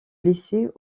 lycée